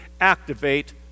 activate